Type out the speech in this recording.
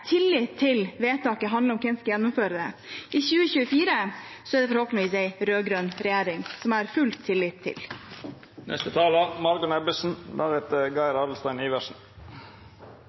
Tillit til vedtaket handler om hvem som skal gjennomføre det. I 2024 er det forhåpentligvis en rød-grønn regjering, som jeg har full tillit til.